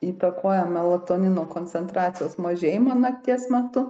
įtakoja melatonino koncentracijos mažėjimą nakties metu